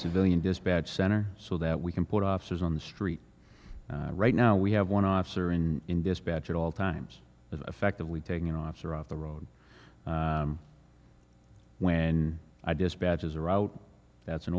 civilian dispatch center so that we can put officers on the street right now we have one officer in in this batch at all times effectively taking an officer of the road when i dispatches a route that's an